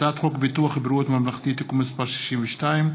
הצעת חוק ביטוח בריאות ממלכתי (תיקון מס' 62),